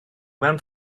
mewn